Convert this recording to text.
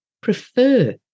prefer